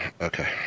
Okay